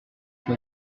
type